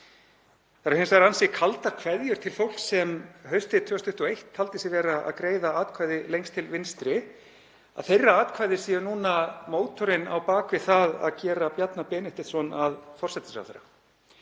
Það eru hins vegar ansi kaldar kveðjur til fólks sem haustið 2021 taldi sig vera að greiða atkvæði lengst til vinstri að þeirra atkvæði séu núna mótorinn á bak við það að gera Bjarna Benediktsson að forsætisráðherra.